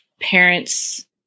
parents